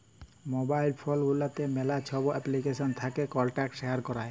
mobile phone গুলাতে ম্যালা ছব এপ্লিকেশল থ্যাকে কল্টাক্ট শেয়ার ক্যরার